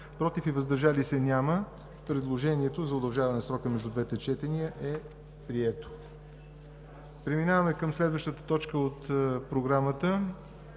против и въздържали се няма. Предложението за удължаване на срока между двете четения е прието. Преминаваме към следващата точка от Програмата: